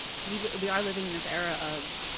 because we we are living in this era of